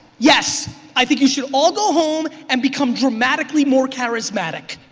yes i think you should all go home and become dramatically more charismatic.